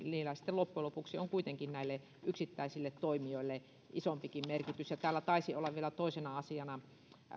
on sitten loppujen lopuksi kuitenkin näille yksittäisille toimijoille isompikin merkitys täällä taisi olla vielä toisena asiana että